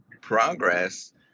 progress